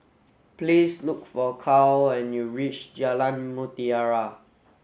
please look for Kyle when you reach Jalan Mutiara